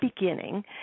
beginning